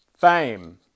fame